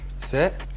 Sit